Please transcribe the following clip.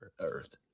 earth